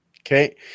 Okay